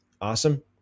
awesome